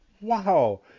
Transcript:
wow